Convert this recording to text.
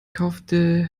kaufte